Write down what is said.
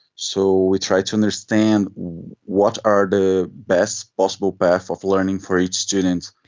so we try to understand what are the best possible paths of learning for each student.